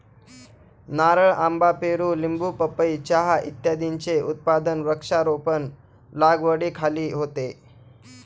नारळ, आंबा, पेरू, लिंबू, पपई, चहा इत्यादींचे उत्पादन वृक्षारोपण लागवडीखाली होते